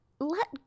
let